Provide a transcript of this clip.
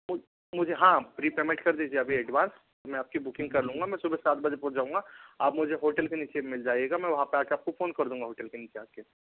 मुझे हाँ prepayment कर दीजिए अभी एडवांस मैं आपकी बुकिंग कर लूँगा मैं सुबह सात बजे पहुँच जाऊंगा आप मुझे होटल के नीचे मिल जाइएगा मैं वहाँ पे आके आपको फोन कर दूंगा होटल के नीचे आके